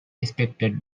expected